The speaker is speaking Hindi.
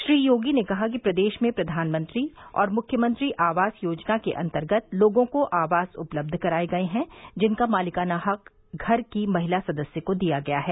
श्री योगी ने कहा कि प्रदेश में प्रधानमंत्री और मुख्यमंत्री आवास योजना के अन्तर्गत लोगों को आवास उपलब्ध कराये गये हैं जिनका मालिकाना हक घर की महिला सदस्य को दिया गया है